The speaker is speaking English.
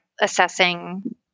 assessing